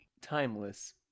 timeless